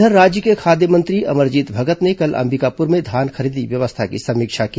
इधर राज्य के खाद्य मंत्री अमरजीत भगत ने कल अंबिकापुर में धान खरीदी व्यवस्था की समीक्षा की